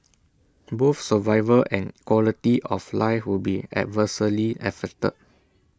both survival and quality of life would be adversely affected